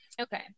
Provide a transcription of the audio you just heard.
Okay